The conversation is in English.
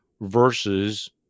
versus